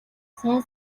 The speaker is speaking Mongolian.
сайн